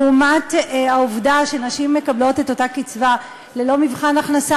לעומת העובדה שנשים מקבלות את אותה קצבה ללא מבחן הכנסה,